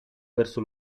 verso